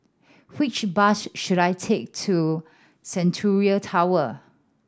which bus should I take to Centennial Tower